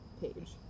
page